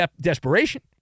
desperation